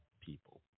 people